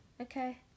Okay